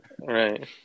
Right